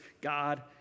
God